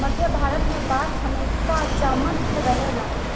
मध्य भारत में बांस हमेशा जामत रहेला